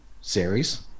series